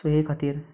so हे खातीर